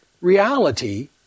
reality